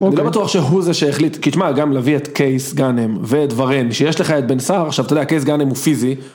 אני לא בטוח שהוא זה שהחליט, כי תשמע, גם להביא את קייס גנם, ואת ורן, שיש לך את בן שר, עכשיו אתה יודע, הקייס גנם הוא פיזי.